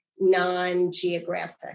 non-geographic